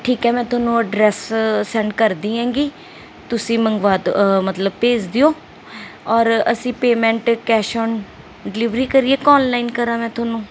ਠੀਕ ਹੈ ਮੈਂ ਤੁਹਾਨੂੰ ਐਡਰੈਸ ਸੈਂਡ ਕਰਦੀ ਹੈਗੀ ਤੁਸੀਂ ਮੰਗਵਾ ਦੋ ਮਤਲਬ ਭੇਜ ਦਿਓ ਔਰ ਅਸੀਂ ਪੇਮੈਂਟ ਕੈਸ਼ ਓਨ ਡਿਲੀਵਰੀ ਕਰੀਏ ਕਿ ਆਨਲਾਈਨ ਕਰਾਂ ਮੈਂ ਤੁਹਾਨੂੰ